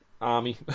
army